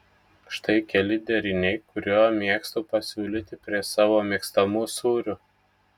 štai keli deriniai kuriuo mėgstu pasiūlyti prie savo mėgstamų sūrių